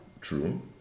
True